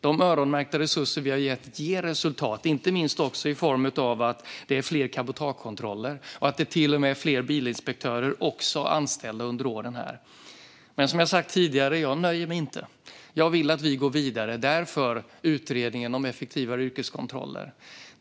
De öronmärkta resurser vi har gett ger resultat, inte minst i form av fler cabotagekontroller och till och med fler bilinspektörer och anställda. Men som jag har sagt tidigare nöjer jag mig inte med det. Jag vill att vi går vidare; därför utredningen om effektivare yrkeskontroller.